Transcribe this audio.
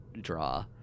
draw